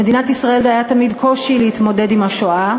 למדינת ישראל היה תמיד קושי להתמודד עם השואה,